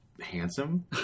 handsome